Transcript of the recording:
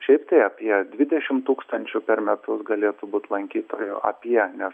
šiaip tai apie dvidešim tūkstančių per metus galėtų būt lankytojų apie nes